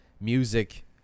music